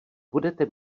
budete